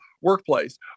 workplace